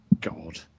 God